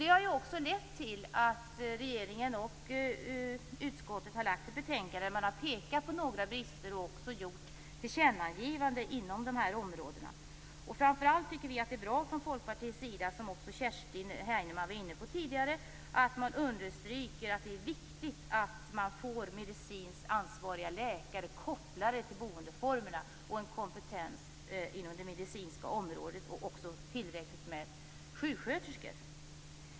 Det har också lett till att regeringen och utskottet har lagt fram ett betänkande. Man har pekat på några brister och också gjort tillkännagivanden inom de här områdena. Vi i Folkpartiet tycker framför allt att det är bra - det var också Kerstin Heinemann inne på tidigare - att man understryker att det är viktigt att medicinskt ansvariga läkare kopplas till boendeformerna och att man får en kompetens inom det medicinska området och även tillräckligt med sjuksköterskor.